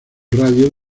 radio